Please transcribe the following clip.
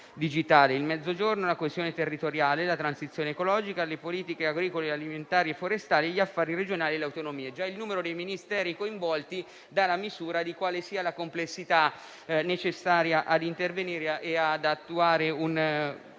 il Mezzogiorno, la questione territoriale, la transizione ecologica, le politiche agricole, alimentari e forestali, gli affari regionali e le autonomie. Già il numero dei Ministeri coinvolti dà la misura della complessità necessaria a intervenire, stendere prima